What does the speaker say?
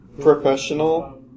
Professional